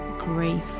grief